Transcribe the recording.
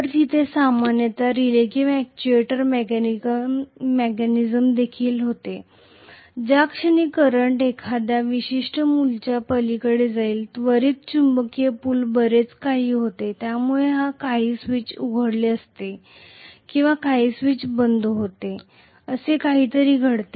तर तिथे सामान्यत रिले किंवा अक्टयुएटर मेकॅनिझम देखील होते ज्या क्षणी करंट एखाद्या विशिष्ट मूल्याच्या पलीकडे जाईल त्वरित चुंबकीय पुल बरेच काही होते ज्यामुळे काही स्विच उघडलेले असते किंवा काही स्विच बंद होते असे काहितरी घडते